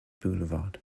boulevard